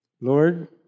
Lord